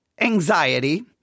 anxiety